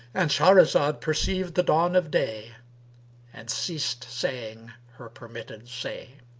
and shahrazad perceived the dawn of day and ceased saying her permitted say.